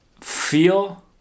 feel